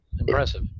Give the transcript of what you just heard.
Impressive